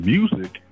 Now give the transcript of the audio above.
Music